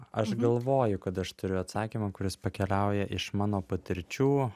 aš galvoju kad aš turiu atsakymą kuris pakeliauja iš mano patirčių